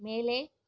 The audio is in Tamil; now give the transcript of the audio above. மேலே